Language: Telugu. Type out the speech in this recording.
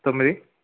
తొమ్మిది